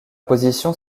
positions